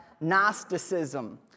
Gnosticism